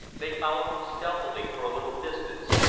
they followed him stealthily for a little distance,